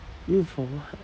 for what